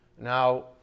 Now